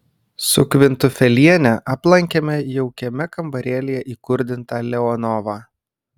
su kvintufeliene aplankėme jaukiame kambarėlyje įkurdintą leonovą